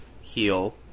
heal